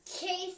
Casey